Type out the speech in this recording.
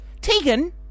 Tegan